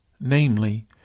Namely